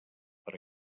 per